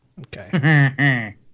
Okay